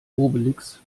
obelix